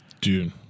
Dude